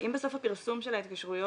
אם בסוף הפרסום של ההתקשרויות